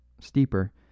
steeper